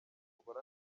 mugore